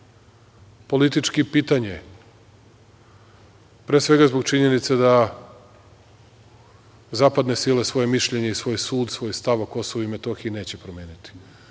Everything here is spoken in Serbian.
politički - pitanje je. Pre svega zbog činjenice da zapadne sile svoje mišljenje i svoj sud, svoj stav o Kosovu i Metohiji neće promeniti.